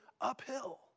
uphill